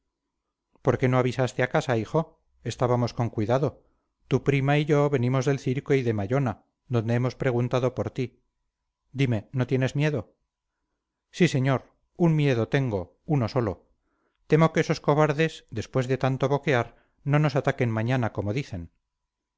qué no avisaste a casa hijo estábamos con cuidado tu prima y yo venimos del circo y de mallona donde hemos preguntado por ti dime no tienes miedo sí señor un miedo tengo uno solo temo que esos cobardes después de tanto boquear no nos ataquen mañana como dicen